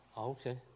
okay